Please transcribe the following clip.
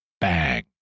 bang